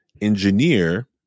engineer